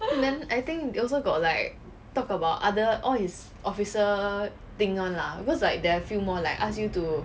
then I think they also got like talk about other oh is officer thing [one] lah because like there are a few more like ask you to